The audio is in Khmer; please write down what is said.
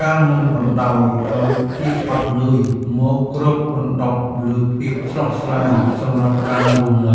ការមិនបណ្ដោយឱ្យភាពហត់នឿយមកគ្របដណ្ដប់លើភាពស្រស់ស្រាយសម្រាប់ការរស់នៅ